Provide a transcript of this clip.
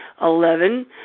Eleven